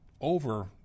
over